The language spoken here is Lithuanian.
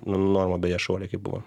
normą beje šuolio kaip buvo